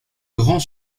grand